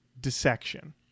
dissection